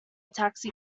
taxi